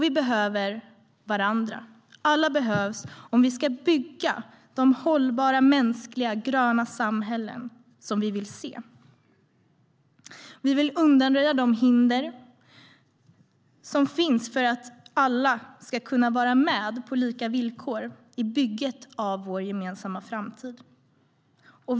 Vi behöver varandra. Alla behövs om vi ska bygga de hållbara, mänskliga och gröna samhällen vi vill se. Vi vill undanröja de hinder som finns för att alla ska kunna vara med på lika villkor i bygget av vår gemensamma framtid.